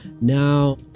Now